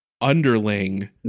underling